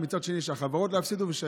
מצד שני שהחברות לא יפסידו,